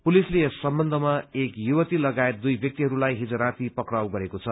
पुलिसले यस सम्बन्धमा एक युवती लगायत दुइ व्यक्तिहरूलाई हिज राती पक्राउ गरेको छ